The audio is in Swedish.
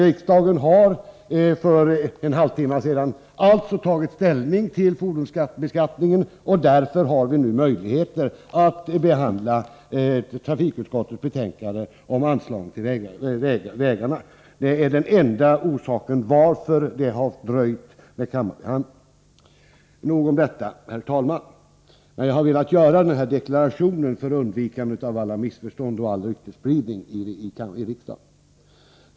Riksdagen har för en halvtimme sedan alltså tagit ställning till fordonsbeskattningen. Därför har vi först nu möjligheter att behandla trafikutskottets betänkande om anslagen till vägväsendet. Detta är den enda orsaken till att kammarbehandlingen dröjt. Jag har velat göra denna deklaration för undvikande av missförstånd och ryktesspridning här i riksdagen. Men, herr talman, nog om detta.